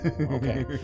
okay